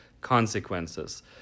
consequences